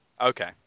Okay